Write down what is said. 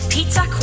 Pizza